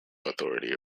authority